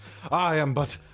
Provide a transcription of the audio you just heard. i am but.